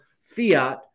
fiat